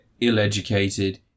ill-educated